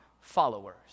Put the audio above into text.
followers